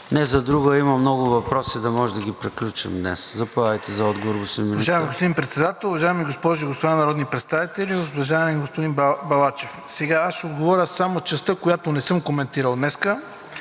Не за друго, а има много въпроси, да можем да ги приключим днес. Заповядайте за отговор, господин Министър.